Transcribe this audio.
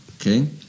okay